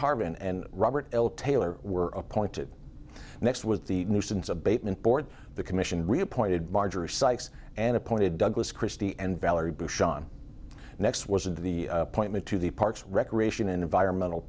harben and robert taylor were appointed next was the nuisance abatement board the commission reappointed marjorie sykes and appointed douglas christie and valerie bush on next was of the appointment to the parks recreation and environmental